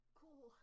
cool